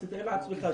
אז תתאר לעצמך,